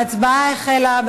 ההצבעה החלה.